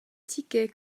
ticket